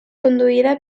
conduïda